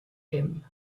him